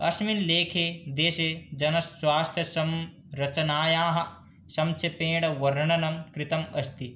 अस्मिन् लेखे देशे जनस्वास्थ्य संरचनायाः संक्षेपेण वर्णनं कृतम् अस्ति